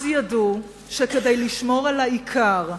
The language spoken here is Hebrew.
אז ידעו שכדי לשמור על העיקר,